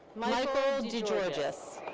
michael de giorgis.